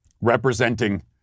representing